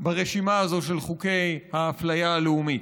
ברשימה הזאת של חוקי האפליה הלאומית.